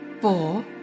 four